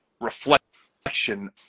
reflection